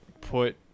put